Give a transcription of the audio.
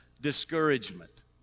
discouragement